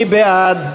מי בעד?